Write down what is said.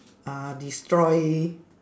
uh destroy